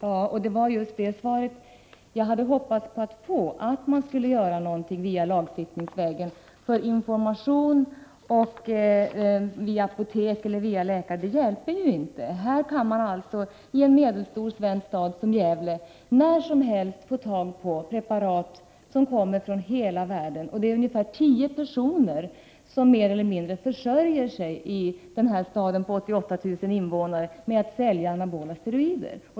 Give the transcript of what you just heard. Herr talman! Jag hade hoppats att få just det svaret, att man skulle göra någonting via lagstiftning. Information genom apotek eller läkare hjälper ju inte. I en medelstor svensk stad som Gävle kan man alltså när som helst få tag på preparat från hela världen. Ungefär tio personer försörjer sig mer eller mindre i denna stad med 88 000 invånare på att sälja anabola steroider.